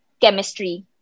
chemistry